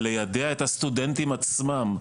וליידע את הסטודנטים עצמם,